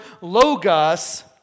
logos